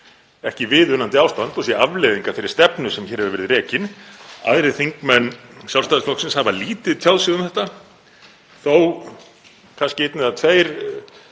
ekki viðunandi ástand og sé afleiðing af þeirri stefnu sem hér hefur verið rekin. Aðrir þingmenn Sjálfstæðisflokksins hafa lítið tjáð sig um þetta, þó kannski einn eða tveir